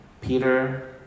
peter